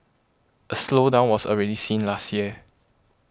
a slowdown was already seen last year